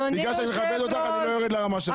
בגלל שאני מכבד אותך אני לא יורד לרמה שלך.